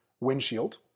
windshield